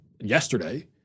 yesterday